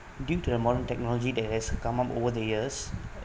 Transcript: due to the modern technology that has come over the years